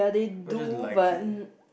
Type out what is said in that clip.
people just like it